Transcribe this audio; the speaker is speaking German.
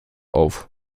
auf